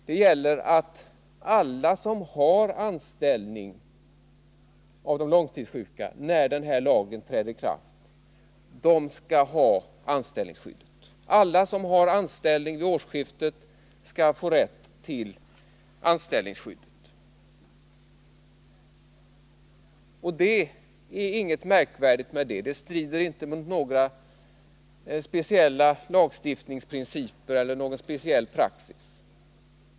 Det gäller att alla långtidssjuka som har anställning när lagen träder i kraft skall ha rätt till anställningsskydd. Det är inget märkvärdigt med det. Det strider inte mot några lagstiftningsprinciper eller någon speciell praxis.